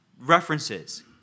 references